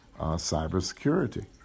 cybersecurity